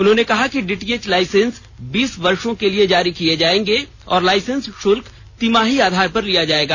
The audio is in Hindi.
उन्होंने कहा कि डीटीएच लाइसेंस बीस वर्षो के लिए जारी किए जायेंगे और लाइसेंस शुल्क तिमाही आधार पर लिया जाएगा